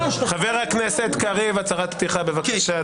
חבר הכנסת קריב, הצהרת פתיחה, בבקשה.